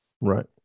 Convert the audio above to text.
Right